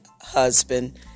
husband